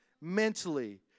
mentally